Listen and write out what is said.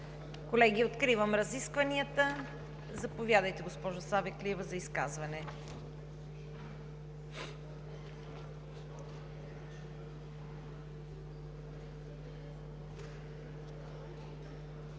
Колеги, откривам разискванията. Заповядайте, госпожо Савеклиева, за изказване.